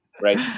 Right